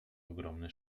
ogromny